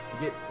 get